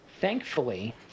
Thankfully